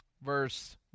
Verse